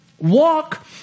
Walk